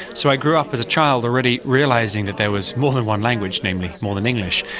so i grew up as a child already realising that there was more than one language, namely more than english,